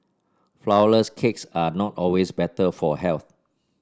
flourless cakes are not always better for health